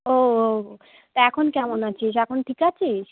ও তা এখন কেমন আছিস এখন ঠিক আছিস